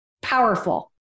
Powerful